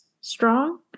strong